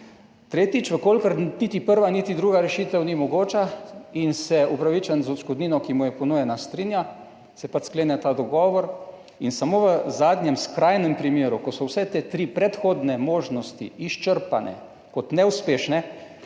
Tretjič: če niti prva niti druga rešitev ni mogoča in se upravičenec z odškodnino, ki mu je ponujena, strinja, se pač sklene ta dogovor. In samo v zadnjem, skrajnem primeru, ko so vse te tri predhodne možnosti izčrpane kot neuspešne,